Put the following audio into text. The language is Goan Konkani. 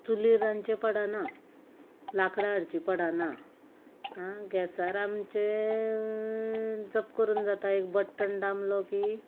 चुलीर रांदचें पडना लाकडां हाडचीं पडना आं गॅसार आमचें झप्प करून जाता एक बटन दामलो की